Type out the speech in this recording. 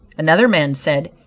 another man said,